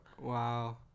Wow